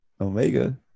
Omega